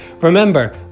remember